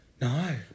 No